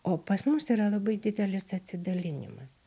o pas mus yra labai didelis atsidalinimas